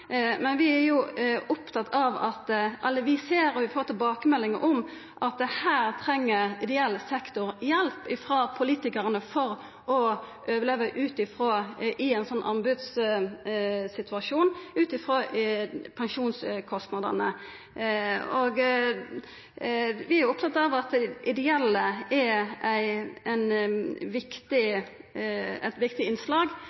Men vi er opptatt av alle vi ser, og vi får tilbakemeldingar om at ideell sektor treng hjelp frå politikarane for å overleva i ein sånn anbodssituasjon ut frå pensjonskostnadene. Vi er opptatt av at ideelle er eit viktig innslag.